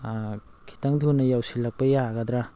ꯈꯤꯇꯪ ꯊꯨꯅ ꯌꯧꯁꯤꯜꯂꯛꯄ ꯌꯥꯒꯗ꯭ꯔꯥ